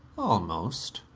almost.